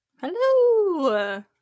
Hello